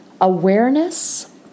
Awareness